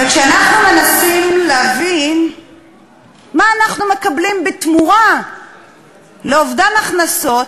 וכשאנחנו מנסים להבין מה אנחנו מקבלים בתמורה לאובדן הכנסות,